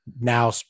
now